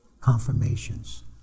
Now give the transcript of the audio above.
Confirmations